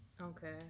okay